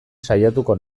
saiatuko